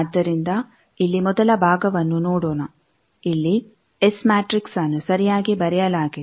ಆದ್ದರಿಂದ ಇಲ್ಲಿ ಮೊದಲ ಭಾಗವನ್ನು ನೋಡೋಣ ಇಲ್ಲಿ ಎಸ್ ಮ್ಯಾಟ್ರಿಕ್ಸ್ನ್ನು ಸರಿಯಾಗಿ ಬರೆಯಲಾಗಿದೆ